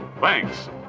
Thanks